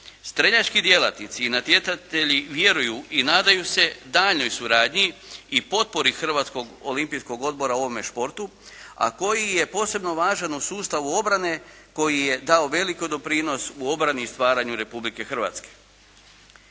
Strjeljački djelatnici i natjecatelji vjeruju i nadaju se daljnjoj suradnji i potpori Hrvatskog olimpijskog odbora ovome športu, a koji je posebno važan u sustavu obrane koji je dao veliki doprinos u obrani i stvaranju Republike Hrvatske.